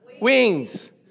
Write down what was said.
Wings